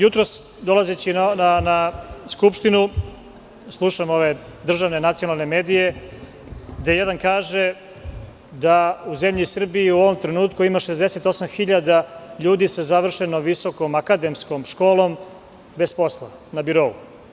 Jutros, dolazeći na Skupštinu, slušam državne nacionalne medije, gde jedan kaže da u zemlji Srbiji u ovom trenutku ima 68 hiljada ljudi sa završenom visokom akademskom školom bez posla, na birou.